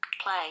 Play